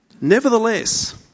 Nevertheless